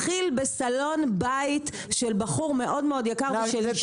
פרינג' באר שבע התחיל בסלון בית של בחור מאוד-מאוד יקר ושל אשתו,